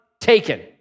taken